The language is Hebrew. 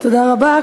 תודה רבה.